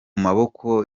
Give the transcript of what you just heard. maboko